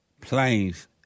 planes